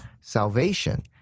Salvation